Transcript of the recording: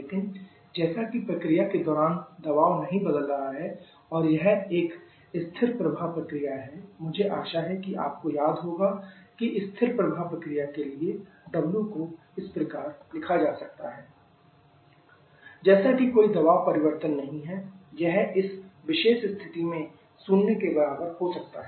लेकिन जैसा कि प्रक्रिया के दौरान दबाव नहीं बदल रहा है और यह एक स्थिर प्रवाह प्रक्रिया है मुझे आशा है कि आपको याद होगा कि स्थिर प्रवाह प्रक्रिया के लिए w को इस प्रकार लिखा जा सकता है w 12vdp जैसा कि कोई दबाव परिवर्तन नहीं है यह इस विशेष स्थिति में शून्य के बराबर हो सकता है